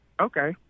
Okay